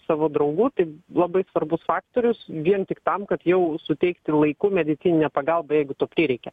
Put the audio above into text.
savo draugų tai labai svarbus faktorius vien tik tam kad jau suteikti laiku medicininę pagalbą jeigu to prireikia